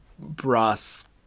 brass